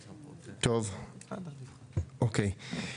אוקיי.